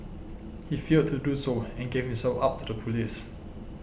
he failed to do so and gave himself up to the police